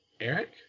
eric